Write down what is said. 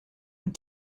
had